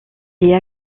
est